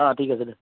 অঁ ঠিক আছে দে